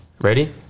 Ready